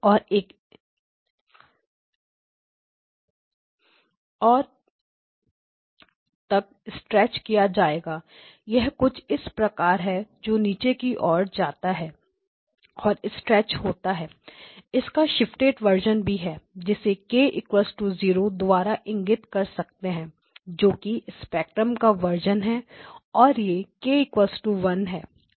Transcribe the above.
और तक स्ट्रेच किया जाएगा यह कुछ इस प्रकार है जो नीचे की ओर जाता है और स्ट्रेच होता है इसका शिफ्टेड वर्जन भी हैं जिसे k0 द्वारा इंगित कर सकते हैं जो कि स्पेक्ट्रम का वर्जन है और यह k1 है